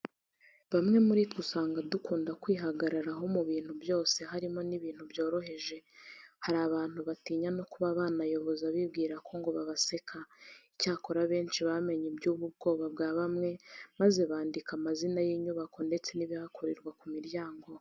Bamwe muri twe usanga dukunda kwihagararaho mu bintu byose harimo n'ibintu byoroheje. Hari abantu batinya no kuba banayoboza, bibwira ko ngo babaseka. Icyakora benshi bamenye iby'ubu bwoba bwa bamwe, maze bandika amazina y'inyubako ndetse n'ibihakorerwa ku miryango.